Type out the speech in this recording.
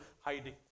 hiding